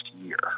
year